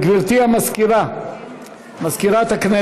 גברתי מזכירת הכנסת,